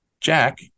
Jack